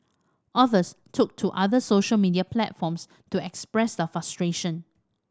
others took to other social media platforms to express their frustration